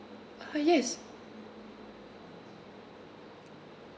uh yes